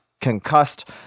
concussed